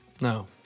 No